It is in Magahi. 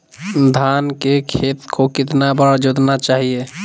धान के खेत को कितना बार जोतना चाहिए?